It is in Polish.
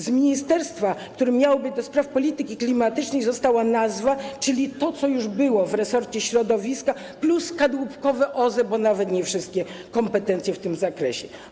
Z ministerstwa, które miało być do spraw polityki klimatycznej, została nazwa, czyli to, co już było w resorcie środowiska, plus kadłubkowe OZE, bo nawet nie wszystkie kompetencje w tym zakresie.